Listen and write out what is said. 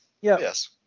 Yes